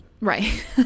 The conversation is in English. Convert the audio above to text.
Right